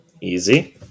Easy